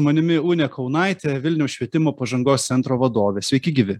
manimi unė kaunaitė vilniaus švietimo pažangos centro vadovė sveiki gyvi